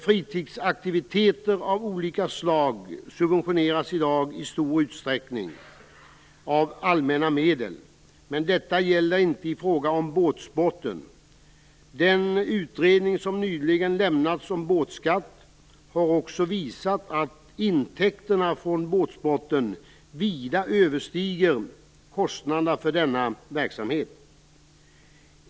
Fritidsaktiviteter av olika slag subventioneras i dag i stor utsträckning av allmänna medel, men detta gäller inte i fråga om båtsporten. Den utredning som nyligen lämnats om båtskatt har också visat att intäkterna från båtsporten vida överstiger kostnaderna för denna verksamhet.